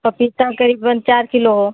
पपीता करीबन चार किलो हो